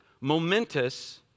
momentous